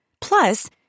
Plus